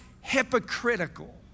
hypocritical